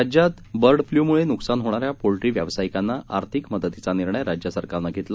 राज्यातबर्डफ्लूमुळेनुकसानहोणाऱ्यापोल्ट्रीव्यावसायिकांनाआर्थिक मदतीचानिर्णयराज्यसरकारने घेतला